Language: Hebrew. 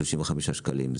35 שקלים,